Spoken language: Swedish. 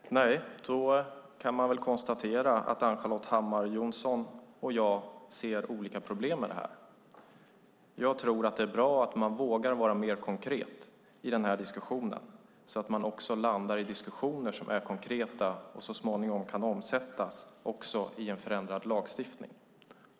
Fru talman! Nej, då kan man konstatera att Ann-Charlotte Hammar Johnsson och jag ser olika problem med det här. Jag tror att det är bra att man vågar vara mer konkret i den här diskussionen, så att man också landar i diskussioner som är konkreta och så småningom kan omsättas i en förändrad lagstiftning.